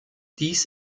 dies